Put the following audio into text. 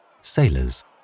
sailors